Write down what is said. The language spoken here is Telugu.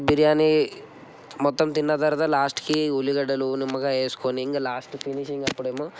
బిర్యానీ మొత్తం తిన్న తర్వాత లాస్ట్కి ఉల్లిగడ్డలు నిమ్మకాయ వేసుకుని ఇంక లాస్ట్కి ఫినిషింగ్ అప్పుడేమో